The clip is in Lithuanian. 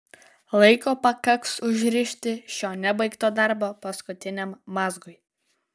laiko pakaks užrišti šio nebaigto darbo paskutiniam mazgui